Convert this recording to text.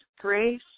grace